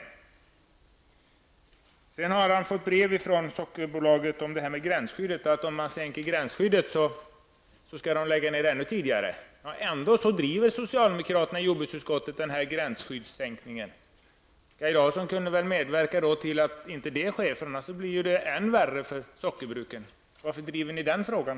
Kaj Larsson har fått ett brev från Sockerbolaget angående gränsskyddet. Det sägs att om man sänker gränsskyddet kommer bruken att läggas ned ännu tidigare. Ändå driver socialdemokraterna i jordbruksutskottet gränsskyddssänkningen. Kaj Larsson kunde väl medverka till att inte detta sker. Annars blir det ännu värre för sockerbruken. Varför driver ni denna fråga?